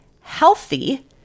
healthy